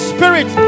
Spirit